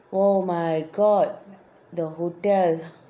oh my god the hotel